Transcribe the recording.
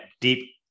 deep